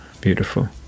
Beautiful